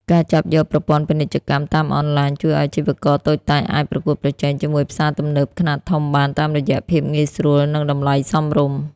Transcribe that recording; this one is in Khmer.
ការចាប់យកប្រព័ន្ធពាណិជ្ជកម្មតាមអនឡាញ ជួយឱ្យអាជីវករតូចតាចអាចប្រកួតប្រជែងជាមួយផ្សារទំនើបខ្នាតធំបាន តាមរយៈភាពងាយស្រួល និងតម្លៃសមរម្យ។